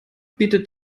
bietet